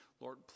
Lord